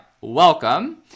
welcome